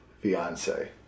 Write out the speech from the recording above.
fiance